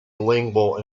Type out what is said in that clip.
lingual